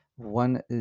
one